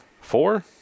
four